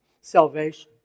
salvation